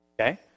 Okay